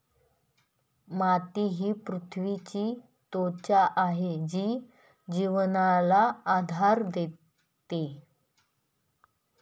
माती ही पृथ्वीची त्वचा आहे जी जीवनाला आधार देते